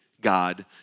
God